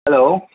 hello